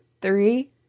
three